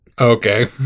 okay